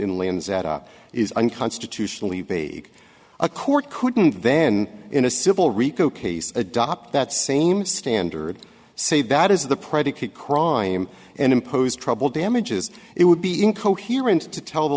in lands that is unconstitutionally vague a court couldn't then in a civil rico case adopt that same standard say that is the predicate crime and impose trouble damages it would be incoherent to tell the